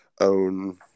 own